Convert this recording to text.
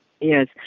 Yes